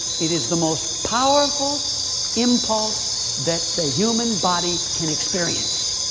it is the most powerful impulse that the human body can experience.